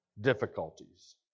difficulties